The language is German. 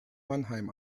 mannheim